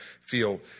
feel